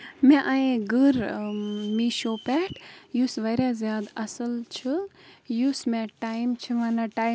آ مےٚ چھِ باسان کہِ بہٕ چھَس مِڈل جَنریشنہٕ ہُنٛد اَکھ حِصہٕ تِکیازِ بہٕ چھَس وٕنکیٚنَس وُہ ؤرِش